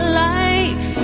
life